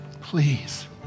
please